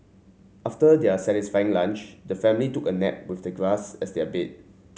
after their satisfying lunch the family took a nap with the grass as their bed